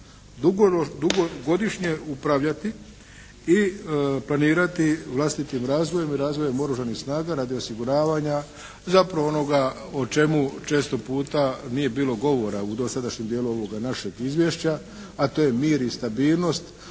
dugogodišnje upravljati i planirati vlastitim razvojem i razvojem Oružanih snaga radi osiguravanja zapravo onoga o čemu često puta nije bilo govora u dosadašnjem dijelu ovog našeg izvješća a to je mir i stabilnost